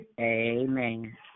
Amen